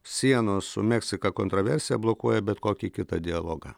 sienos su meksika kontroversija blokuoja bet kokį kitą dialogą